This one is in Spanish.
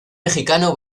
mexicano